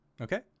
Okay